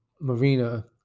Marina